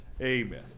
amen